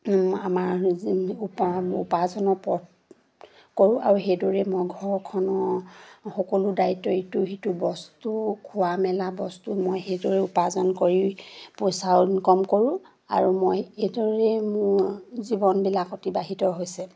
আমাৰ উপাৰ্জনৰ পথ কৰোঁ আৰু সেইদৰেই মই ঘৰখনৰ সকলো দায়িত্ব ইটো সিটো বস্তু খোৱা মেলা বস্তু মই সেইদৰেই উপাৰ্জন কৰি পইচাও ইনকম কৰোঁ আৰু মই এইদৰে মোৰ জীৱনবিলাক অতিবাহিত হৈছে